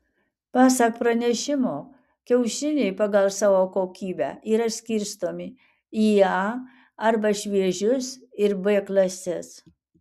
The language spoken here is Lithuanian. pasak pranešimo kiaušiniai pagal savo kokybę yra skirstomi į a arba šviežius ir b klases